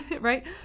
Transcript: right